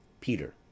Peter